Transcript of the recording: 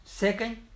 Second